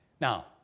Now